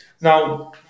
Now